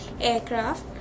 aircraft